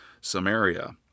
Samaria